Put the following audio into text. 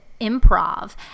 improv